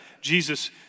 Jesus